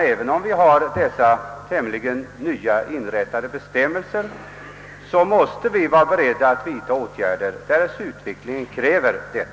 Även om vi har dessa nya bestämmelser, måste vi vara beredda att vidtaga åtgärder, därest utvecklingen kräver det.